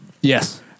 Yes